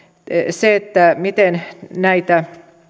miten näitä